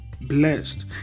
Blessed